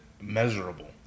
measurable